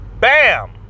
Bam